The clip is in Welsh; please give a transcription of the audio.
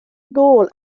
nôl